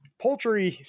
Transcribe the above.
poultry